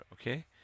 okay